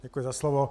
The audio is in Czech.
Děkuji za slovo.